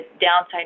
downside